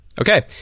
Okay